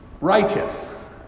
righteous